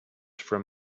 from